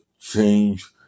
change